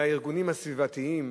בארגונים הסביבתיים,